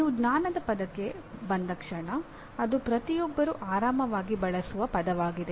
ನೀವು ಜ್ಞಾನದ ಪದಕ್ಕೆ ಬಂದ ಕ್ಷಣ ಅದು ಪ್ರತಿಯೊಬ್ಬರೂ ಆರಾಮವಾಗಿ ಬಳಸುವ ಪದವಾಗಿದೆ